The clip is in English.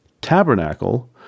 tabernacle